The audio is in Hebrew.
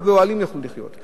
רק באוהלים יוכלו לחיות.